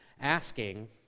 asking